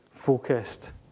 focused